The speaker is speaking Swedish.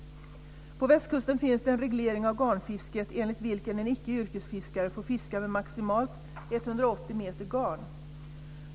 På västkusten finns det en reglering av garnfisket enligt vilken en icke yrkesfiskare får fiska med maximalt 180 meter garn.